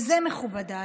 זה, מכובדיי,